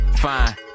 fine